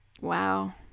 Wow